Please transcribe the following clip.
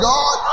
God